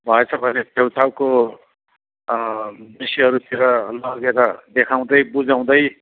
भएछ भने छेउछाउको विषयहरूतिर लगेर देखाउँदै बुझाउँदै